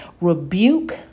Rebuke